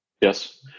Yes